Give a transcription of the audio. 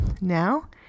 now